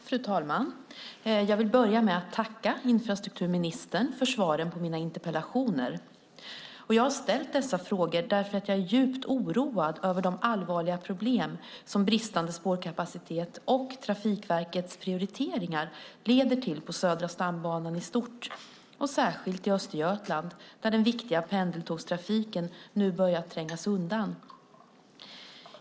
Fru talman! Jag vill börja med att tacka infrastrukturministern för svaret på mina interpellationer. Jag har ställt dessa frågor därför att jag är djupt oroad över de allvarliga problem som bristande spårkapacitet och Trafikverkets prioriteringar leder till på Södra stambanan i stort och särskilt i Östergötland, där den viktiga pendeltågstrafiken nu börjar trängas undan.